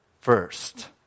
first